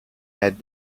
add